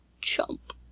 Chump